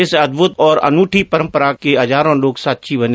इस अद्भुत और अनूठी परंपरा के हजारों लोग साक्षी बने